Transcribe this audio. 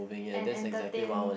and entertain